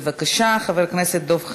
בבקשה, חבר הכנסת דב חנין,